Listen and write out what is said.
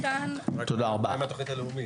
מה עם התכנית הלאומית?